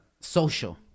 social